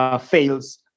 fails